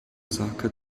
osaka